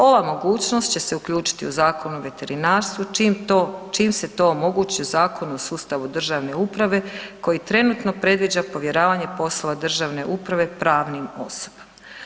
Ova mogućnost će se uključiti u Zakon o veterinarstvu čim se to omogući u Zakonu o sustavu državne uprave koji trenutno predviđa povjeravanje poslova državne uprave pravnim osobama.